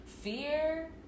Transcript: fear